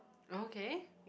okay